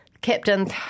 Captain